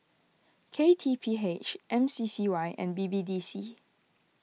K T P H M C C Y and B B D C